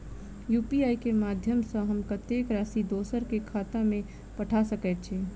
UPI केँ माध्यम सँ हम कत्तेक राशि दोसर केँ खाता मे पठा सकैत छी?